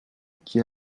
qui